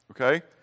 okay